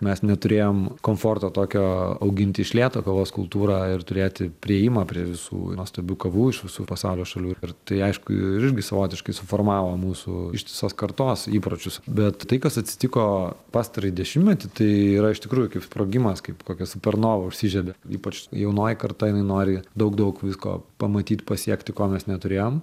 mes neturėjom komforto tokio auginti iš lėto kavos kultūrą ir turėti priėjimą prie visų nuostabių kavų iš visų pasaulio šalių ir tai aišku irgi savotiškai suformavo mūsų ištisos kartos įpročius bet tai kas atsitiko pastarąjį dešimtmetį tai yra iš tikrųjų kaip sprogimas kaip kokia supernova užsižiebė ypač jaunoji karta jinai nori daug daug visko pamatyt pasiekti ko mes neturėjom